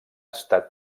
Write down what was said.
estat